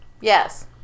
Yes